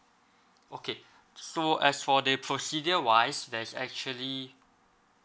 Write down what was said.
okay so as for the procedure wise there's actually